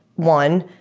one.